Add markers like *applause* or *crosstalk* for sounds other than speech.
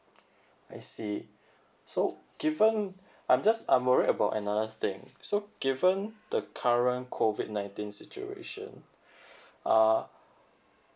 I see so given I'm just I'm worried about another thing so given the current COVID nineteen situation *breath* ah